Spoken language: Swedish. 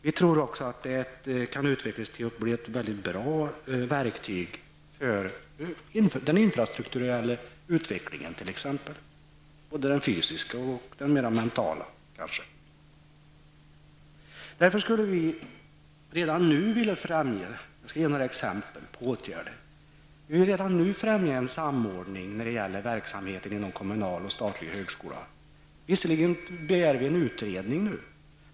Vi tror också att det kan utvecklas till ett bra verktyg för den infrastrukturella utvecklingen, både den fysiska och den mera mentala. Därför vill vi redan nu ge några exempel på åtgärder. Vi vill redan nu främja en samordning när det gäller verksamheten inom kommunal och statlig högskola. Visserligen begär vi en utredning.